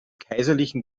kaiserlichen